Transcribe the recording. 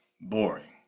boring